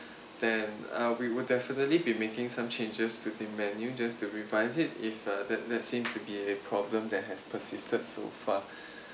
then uh we will definitely be making some changes to the menu just to revise it if uh that that seems to be a problem that has persisted so far